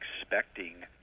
expecting